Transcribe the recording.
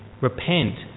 repent